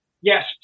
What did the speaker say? Yes